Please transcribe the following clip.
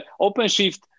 OpenShift